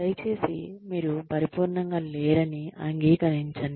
దయచేసి మీరు పరిపూర్ణంగా లేరని అంగీకరించండి